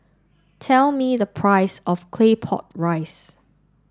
tell me the price of claypot rice